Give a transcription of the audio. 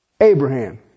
Abraham